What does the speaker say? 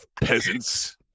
peasants